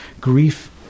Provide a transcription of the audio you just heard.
grief